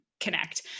connect